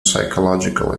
psychological